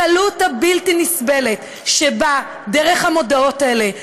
הקלות הבלתי-נסבלת שבה המודעות האלה,